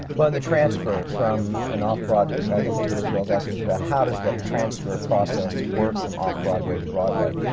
well, in the transfer from an off-broadway i think what isabelle is asking is about how does that transfer process work, from off-broadway to broadway?